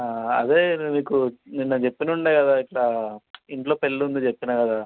అదే నీకు నిన్న చెప్పినుండే కదా ఇట్లా ఇంట్లో పెళ్ళుంది చెప్పినా కదా